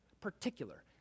particular